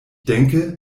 denke